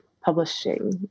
publishing